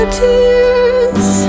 tears